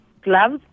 gloves